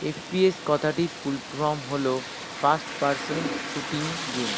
FPS কথাটির full form হলো first person shooting game